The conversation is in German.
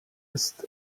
ist